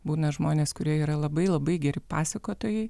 būna žmonės kurie yra labai labai geri pasakotojai